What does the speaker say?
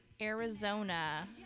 Arizona